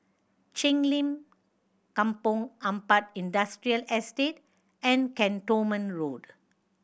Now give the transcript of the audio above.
Cheng Lim Kampong Ampat Industrial Estate and Cantonment Road